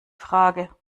frage